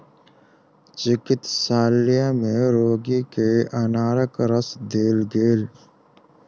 चिकित्सालय में रोगी के अनारक रस देल गेल